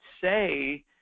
say